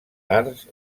arts